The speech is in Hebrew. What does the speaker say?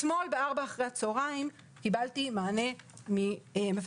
אתמול ב-4 אחר הצוהריים קיבלתי מענה ממפקח